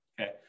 Okay